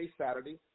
Saturday